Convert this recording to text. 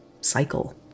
cycle